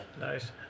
Nice